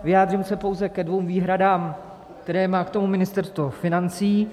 Vyjádřím se pouze ke dvěma výhradám, které má k tomu Ministerstvo financí.